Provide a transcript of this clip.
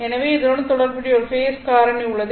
எனவே இதனுடன் தொடர்புடைய ஒரு ஃபேஸ் காரணி உள்ளது